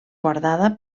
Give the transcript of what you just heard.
guardada